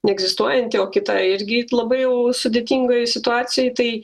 neegzistuojanti o kita irgi labai sudėtingoje situacijoje tai